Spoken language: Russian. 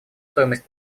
стоимость